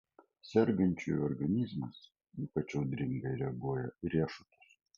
sergančiųjų organizmas ypač audringai reaguoja į riešutus